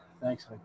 Thanks